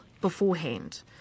beforehand